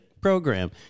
Program